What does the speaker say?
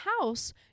house